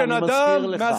אני מזכיר לך.